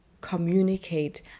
communicate